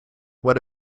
what